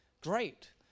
Great